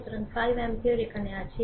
সুতরাং 5 অ্যাম্পিয়ার এখানে আছে